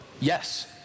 yes